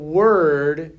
word